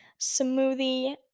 smoothie